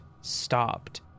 stopped